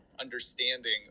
understanding